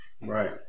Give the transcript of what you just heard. Right